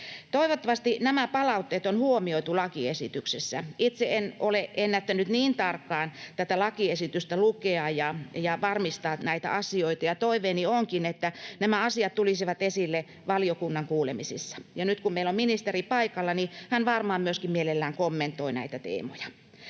Toivottavasti nämä palautteet on huomioitu lakiesityksessä. Itse en ole ennättänyt niin tarkkaan tätä lakiesitystä lukea ja varmistaa näitä asioita, ja toiveeni onkin, että nämä asiat tulisivat esille valiokunnan kuulemisissa. Ja nyt kun meillä on ministeri paikalla, niin hän varmaan myöskin mielellään kommentoi näitä teemoja.